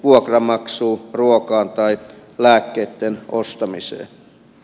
vuokranmaksuun ruokaan tai lääkkeitten ostamiseen